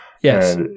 Yes